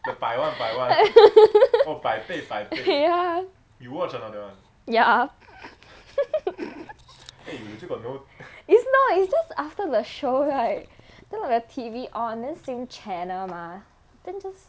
ya ya is not is just after the show right then the T_V on then same channel mah then just